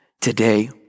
Today